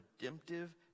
redemptive